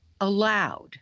allowed